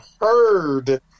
heard